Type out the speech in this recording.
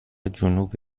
جنوب